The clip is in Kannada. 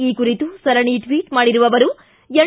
ಈ ಕುರಿತು ಸರಣಿ ಟ್ವಟ್ ಮಾಡಿರುವ ಅವರು ಎನ್